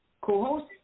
co-host